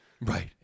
Right